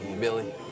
Billy